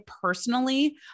personally